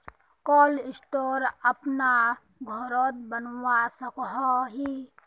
Cold store अपना घोरोत बनवा सकोहो ही?